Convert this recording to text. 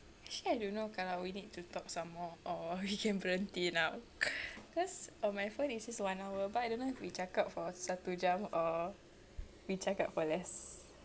actually I don't know kalau we need to talk some more or we can berhenti now cause on my phone it says one hour but I don't know if we cakap for satu jam or we cakap for less